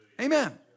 amen